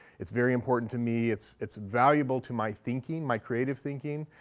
it's very important to me. it's it's valuable to my thinking, my creative thinking.